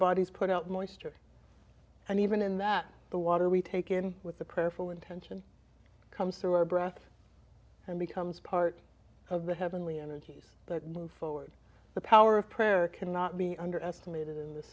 bodies put out moisture and even in that the water we take in with the prayer full intention comes through our breasts and becomes part of the heavenly energies that move forward the power of prayer cannot be underestimated in this